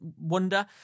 wonder